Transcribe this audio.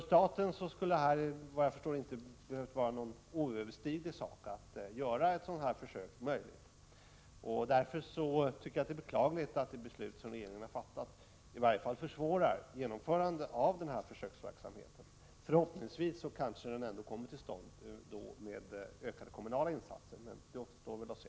Staten borde kunna skapa förutsättningar för genomförande av ett sådant här försök, och därför är regeringens beslut, som i varje fall försvårar genomförandet av försöksverksamheten, beklagligt. Förhoppningsvis kommer den ändå till stånd genom ökade kommunala insatser, men det återstår att se.